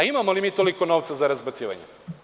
Imamo li mi toliko novca za razbacivanje?